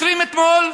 20 אתמול.